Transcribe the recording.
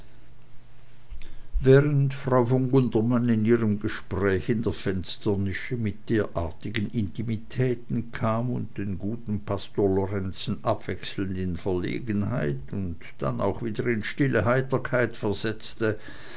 während frau von gundermann in ihrem gespräch in der fensternische mit derartigen intimitäten kam und den guten pastor lorenzen abwechselnd in verlegenheit und dann auch wieder in stille heiterkeit versetzte